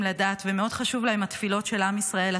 לדת ומאוד חשובות להם התפילות של עם ישראל.